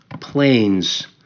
planes